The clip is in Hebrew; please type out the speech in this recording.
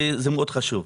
זה מאוד חשוב.